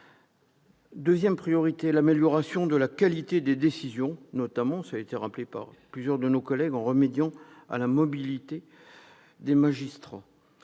deuxième est l'amélioration de la qualité des décisions, notamment, comme cela a été rappelé par plusieurs de nos collègues, en remédiant au problème de la mobilité des magistrats.